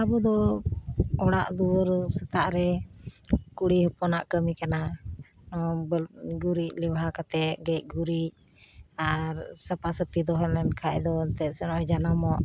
ᱟᱵᱚᱫᱚ ᱚᱲᱟᱜ ᱫᱩᱣᱟᱹᱨ ᱥᱮᱛᱟᱜᱨᱮ ᱠᱩᱲᱤ ᱦᱚᱯᱚᱱᱟᱜ ᱠᱟᱹᱢᱤ ᱠᱟᱱᱟ ᱱᱚᱣᱟ ᱜᱩᱨᱤᱡ ᱞᱮᱣᱦᱟ ᱠᱟᱛᱮᱫ ᱜᱮᱡ ᱜᱷᱩᱨᱤᱡ ᱟᱨ ᱥᱟᱯᱟ ᱥᱟᱹᱯᱤ ᱫᱚᱦᱚ ᱞᱮᱱᱠᱷᱟᱱ ᱫᱚ ᱮᱱᱛᱮᱫ ᱥᱮ ᱱᱚᱜᱼᱚᱭ ᱡᱟᱱᱟᱢᱚᱜ